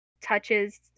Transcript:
touches